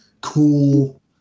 cool